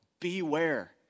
beware